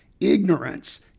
Ignorance